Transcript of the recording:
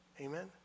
Amen